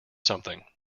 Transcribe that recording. something